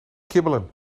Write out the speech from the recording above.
kibbelen